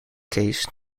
case